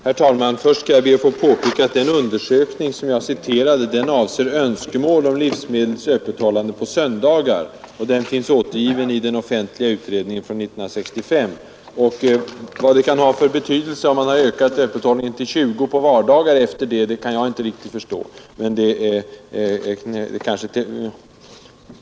Herr talman! Först skall jag be att få påpeka att den undersökning som jag citerade avser önskemål om livsmedelsbutikers öppethållande på söndagar. Den finns återgiven i den offentliga utredningen från 1965. Vad det kan ha för betydelse att öppethållandet därefter har utsträckts till klockan 20.00 på vardagar förstår jag inte riktigt.